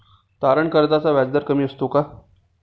तारण कर्जाचा व्याजदर कमी असतो का?